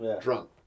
drunk